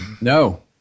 No